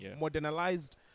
Modernized